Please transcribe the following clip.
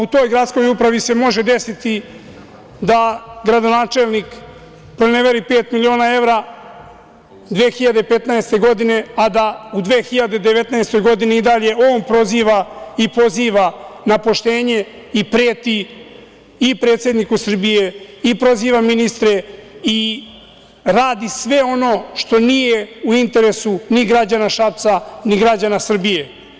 U toj gradskoj upravi se može desiti da gradonačelnik proneveri pet miliona evra 2015. godine, a da u 2019. godini i dalje on proziva i poziva na poštenje i preti predsedniku Srbije i proziva ministre i radi sve ono što nije u interesu građana Šapca, ni građana Srbije.